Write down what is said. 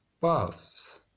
Bus